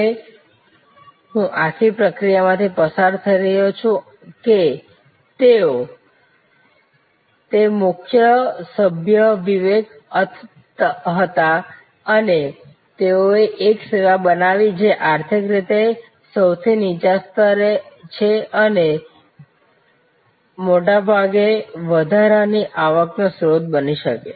અને હું આખી પ્રક્રિયા માંથી પસાર થઈ રહ્યો નથી કે તેઓએ તે કેવી રીતે કર્યું પરંતુ રસપ્રદ વિચાર એ છે કે આ વિદ્યાર્થીઓનું જૂથ તેઓએ બનાવ્યું જેમનો મુખ્ય સભ્ય વિવેક હતા અને તેઓએ એક સેવા બનાવી જે આર્થિક રીતે સૌથી નીચા સ્તરે છે એના માટે વધારા ની આવકનો સ્ત્રોત બની શકે